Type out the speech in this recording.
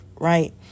right